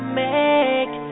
make